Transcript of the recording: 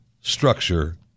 structure